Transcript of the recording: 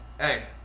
Hey